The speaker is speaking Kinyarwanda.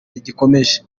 rigikomeje